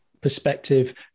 perspective